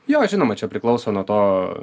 jo žinoma čia priklauso nuo to